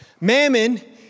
mammon